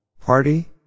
party